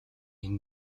энэ